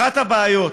אחת הבעיות